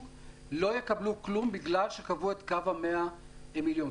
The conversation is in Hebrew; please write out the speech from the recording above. לא יקבלו כלום בגלל שקבעו את קו ה-100 מיליון.